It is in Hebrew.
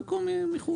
חלקו מחו"ל.